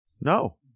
No